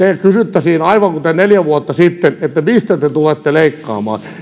kysyttäisiin aivan kuten neljä vuotta sitten että mistä te tulette leikkaamaan